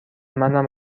منم